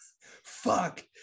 fuck